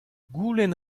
goulenn